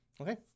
okay